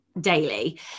daily